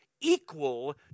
equal